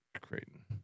Creighton